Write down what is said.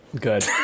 Good